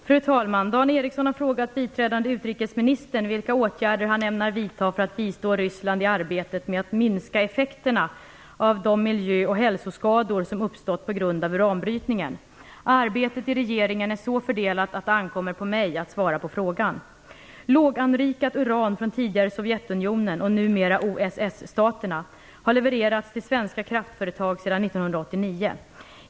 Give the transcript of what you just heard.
Fru talman! Dan Ericsson har frågat biträdande utrikesministern vilka åtgärder han ämnar vidta för att bistå Ryssland i arbetet med att minska effekterna av de miljö och hälsoskador som uppstått på grund av uranbrytningen. Arbetet i regeringen är så fördelat att det ankommer på mig att svara på frågan. Låganrikat uran från tidigare Sovjetunionen, numera OSS-staterna, har levererats till svenska kraftföretag sedan 1989.